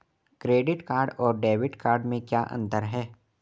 Credit card और debit card में क्या अंतर है?